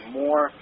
more